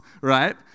right